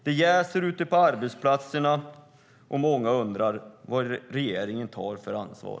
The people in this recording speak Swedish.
Det jäser ute på arbetsplatserna, och många undrar vad regeringen tar för ansvar.